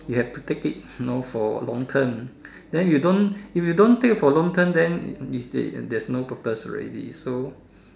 you have to take it know for long term then if you don't if you don't take it for long term then you there's no purpose already so